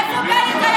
איפה היה בנט?